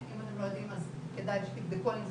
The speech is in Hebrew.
אם אתם לא יודעים אז כדאי שתבדקו האם זה